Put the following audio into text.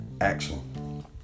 Action